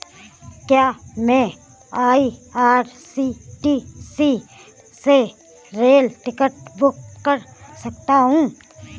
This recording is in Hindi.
क्या मैं आई.आर.सी.टी.सी से रेल टिकट बुक कर सकता हूँ?